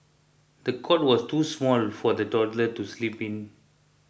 the cot was too small for the toddler to sleep in